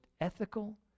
ethical